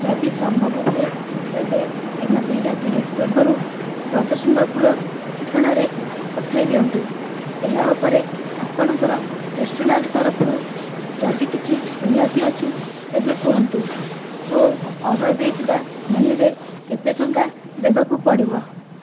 ଯଦି ସମ୍ଭବ ହୁଏ ତେବେ ଦିନ ଦିଟା ତିରିଶ ପୂର୍ବରୁ ବ୍ରଜସୁନ୍ଦରପୁର ଠିକଣାରେ ପଠାଇ ଦିଅନ୍ତୁ ଏହା ଉପରେ ଆପଣଙ୍କର ରେଷ୍ଟୁରାଣ୍ଟ ତରଫରୁ ଯଦି କିଛି ରିହାତି ଅଛି ତେବେ କୁହନ୍ତୁ ଓ ଅର୍ଡ଼ର ଦେଇଥିବା ମେନୁରେ କେତେ ଟଙ୍କା ଦେବାକୁ ପଡ଼ିବ